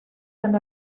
and